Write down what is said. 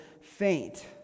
faint